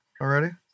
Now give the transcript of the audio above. already